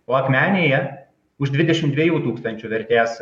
o akmenėje už dvidešim dviejų tūkstančių vertės